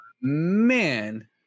man